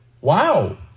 wow